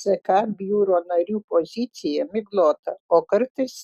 ck biuro narių pozicija miglota o kartais